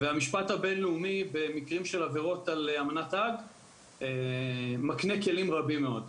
המשפט הבינלאומי במקרים של עבירות על אמנת האג מקנה כלים רבים מאוד.